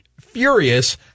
furious